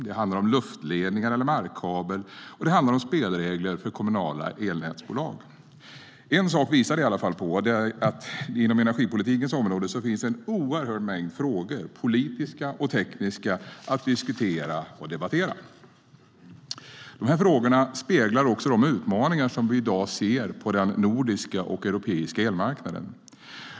Det handlar om luftledningar eller markkabel liksom om spelregler för kommunala elnätsbolag. Dessa frågor speglar också de utmaningar som vi ser på nordisk och europeisk elmarknad.